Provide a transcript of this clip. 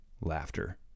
Laughter